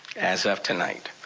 as of tonight.